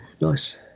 Nice